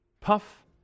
puff